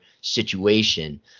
situation